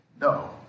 no